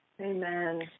Amen